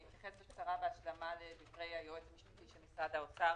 אני אתייחס בהשלמה לדברי היועץ המשפטי של משרד האוצר.